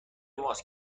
ماست